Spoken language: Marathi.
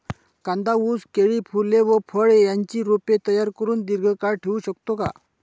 कांदा, ऊस, केळी, फूले व फळे यांची रोपे तयार करुन दिर्घकाळ ठेवू शकतो का?